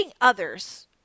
others